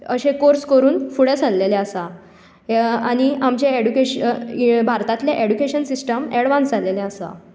अशे कोर्स करून फुडे सरलेले आसा आनी आमचें एड्युकेशन भारताचें एड्युकेशन सिस्टम एडवान्स जालेलें आसा